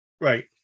Right